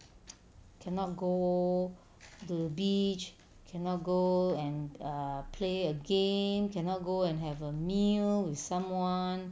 cannot go the beach cannot go and err play a game cannot go and have a meal with someone